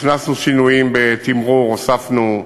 הכנסנו שינויים בתמרור, הוספנו,